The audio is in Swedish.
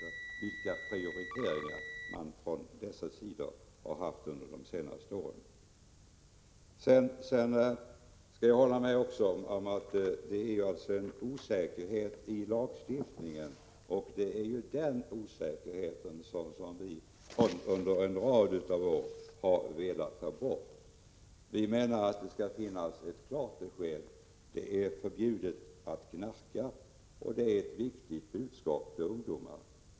Jag vet inte vilka prioriteringar dessa har haft under de senaste åren. Sedan skall jag också hålla med om att det råder en osäkerhet i lagstiftningen, och det är den osäkerheten som vi under en rad av år har velat ta bort. Många menar att det skall finnas ett klart besked: Det är förbjudet att knarka. Det är ett viktigt budskap till ungdomarna.